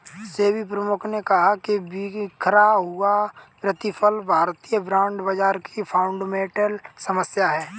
सेबी प्रमुख ने कहा कि बिखरा हुआ प्रतिफल भारतीय बॉन्ड बाजार की फंडामेंटल समस्या है